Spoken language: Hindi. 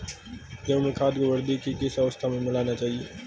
गेहूँ में खाद को वृद्धि की किस अवस्था में मिलाना चाहिए?